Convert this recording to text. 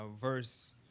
verse